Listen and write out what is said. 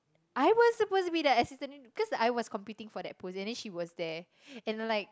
I was suppose be that assistant because I was competing for that post then she was there and like